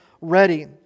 ready